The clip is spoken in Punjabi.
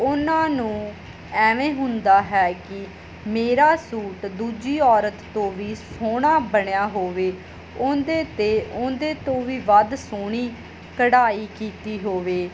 ਉਹਨਾਂ ਨੂੰ ਐਵੇਂ ਹੁੰਦਾ ਹੈ ਕਿ ਮੇਰਾ ਸੂਟ ਦੂਜੀ ਔਰਤ ਤੋਂ ਵੀ ਸੋਹਣਾ ਬਣਿਆ ਹੋਵੇ ਉਹਦੇ 'ਤੇ ਉਹਦੇ ਤੋਂ ਵੀ ਵੱਧ ਸੋਹਣੀ ਕਢਾਈ ਕੀਤੀ ਹੋਵੇ